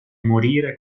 morire